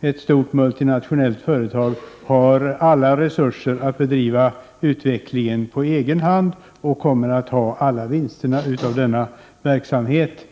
ett stort multinationellt företag, har alla resurser att bedriva utveckling på egen hand. Företaget kommer att få alla vinster av denna verksamhet.